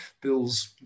Bill's